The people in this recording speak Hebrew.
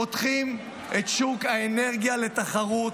פותחים את שוק האנרגיה לתחרות.